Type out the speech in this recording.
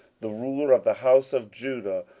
the ruler of the house of judah,